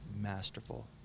masterful